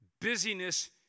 Busyness